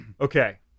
Okay